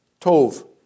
tov